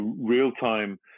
real-time